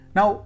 Now